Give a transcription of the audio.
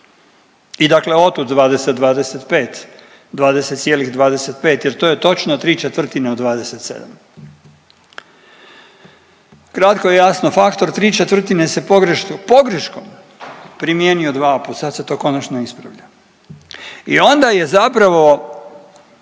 I dakle otud 20-25, 20,25 jer to je točno ¾ od 27. Kratko i jasno faktor ¾ se pogreškom, pogreškom primijenio dva puta sad se to konačno ispravlja. I onda je zapravo,